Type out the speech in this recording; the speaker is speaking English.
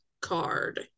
card